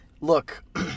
Look